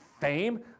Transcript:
fame